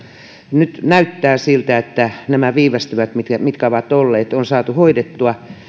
nyt näyttää siltä että nämä viivästymät mitkä mitkä ovat olleet on saatu hoidettua